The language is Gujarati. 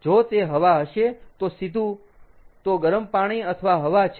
જો તે હવા હશે તો સીધું તો ગરમ પાણી અથવા હવા છે